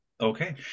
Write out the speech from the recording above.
okay